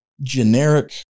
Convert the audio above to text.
generic